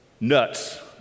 nuts